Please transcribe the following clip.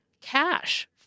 cash